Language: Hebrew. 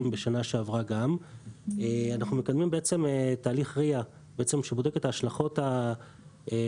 בשנה שעברה הוא תהליך RIA שבודק את ההשלכות של